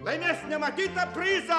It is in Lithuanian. laimės nematytą prizą